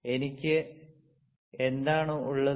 എനിക്ക് എന്താണ് ഉള്ളത്